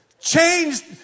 changed